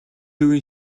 үгийн